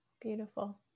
beautiful